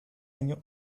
año